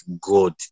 God